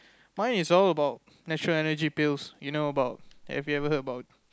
mine is all about natural Energy Pills you know about have you ever heard about